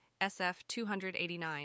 SF-289